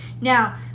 Now